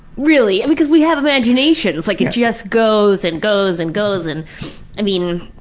really, because we have imaginations! like it just goes and goes and goes and i mean,